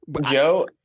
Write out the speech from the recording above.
Joe